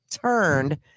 turned